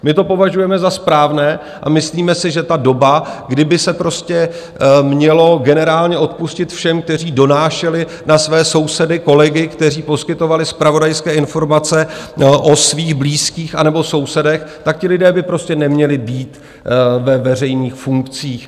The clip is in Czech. My to považujeme za správné a myslíme si, že ta doba, kdy by se prostě mělo generálně odpustit všem, kteří donášeli na své sousedy, kolegy, kteří poskytovali zpravodajské informace o svých blízkých anebo sousedech, tak ti lidé by prostě neměli být ve veřejných funkcích.